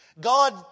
God